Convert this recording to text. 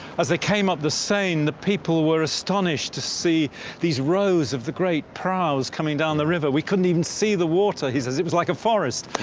as they came up the seine, the people were astonished to see these rows of the great prows coming down the river, we couldn't even see the water, he says, it was like a forest!